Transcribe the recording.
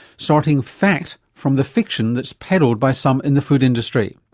sorting fact from the fiction that's peddled by some in the food industry.